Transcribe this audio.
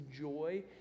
joy